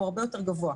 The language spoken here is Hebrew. הוא הרבה יותר גבוה.